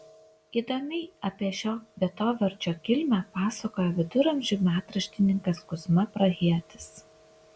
įdomiai apie šio vietovardžio kilmę pasakoja viduramžių metraštininkas kuzma prahietis